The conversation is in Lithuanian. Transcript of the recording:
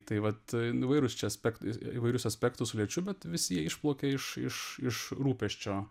tai vat įvairūs čia aspektai įvairius aspektus liečiu bet visi jie išplaukė iš iš iš rūpesčio